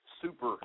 super